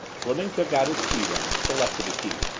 fleming took out his key ring, selected a key.